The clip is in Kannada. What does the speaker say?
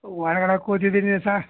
ಒಳಗಡೆ ಕೂತಿದ್ದೀನಿ ಸರ್